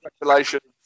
congratulations